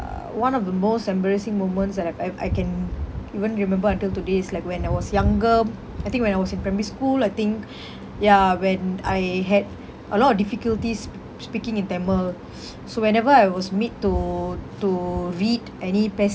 one of the most embarrassing moments that I've I I can even remember until today is like when I was younger I think when I was in primary school I think ya when I had a lot of difficulties sp~ speaking in tamil so whenever I was made to to read any